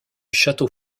château